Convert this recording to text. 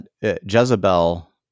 Jezebel